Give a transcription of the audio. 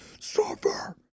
Suffer